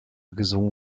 gesungen